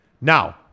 Now